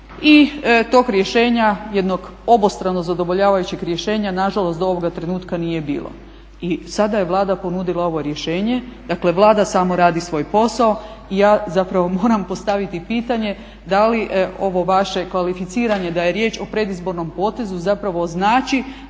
i tog rješenja, jednog obostrano zadovoljavajućeg rješenja, nažalost do ovoga trenutka nije bilo i sada je Vlada ponudila ovo rješenje, dakle Vlada samo radi svoj posao. I ja zapravo moram postaviti pitanje da li ovo vaše kvalificiranje da je riječ o predizbornom potezu zapravo znači